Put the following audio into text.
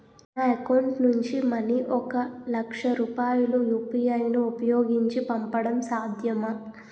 నా అకౌంట్ నుంచి మనీ ఒక లక్ష రూపాయలు యు.పి.ఐ ను ఉపయోగించి పంపడం సాధ్యమా?